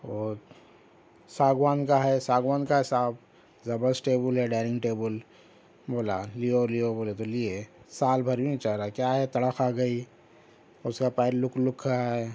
اور ساگوان کا ہے ساگوان ہے کا صاحب زبرست ٹیبل ہے ڈائننگ ٹیبل بولا لیہو لیہو بولے تو لیے سال بھر بھی نہیں چل رہا ہے کیا ہے کڑا کھا گئی یہ اس کا پیر لک لک رہا ہیں